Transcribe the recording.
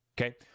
Okay